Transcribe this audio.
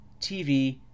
TV